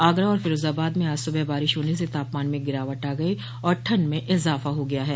आगरा और फ़िरोज़ाबाद में आज सुबह बारिश होने से तापमान में गिरावट आ गई और ठंड में इजाफा हो गया है